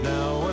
Now